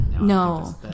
No